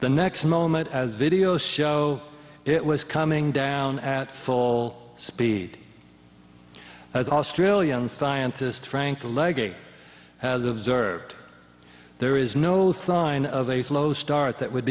the next moment as videos show it was coming down at full speed as australian scientist frank a leg had observed there is no sign of a slow start that would